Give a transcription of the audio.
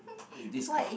what is this card